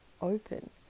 open